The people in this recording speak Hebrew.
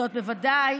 זאת בוודאי